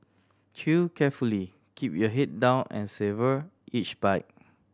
Chew carefully keep your head down and savour each bite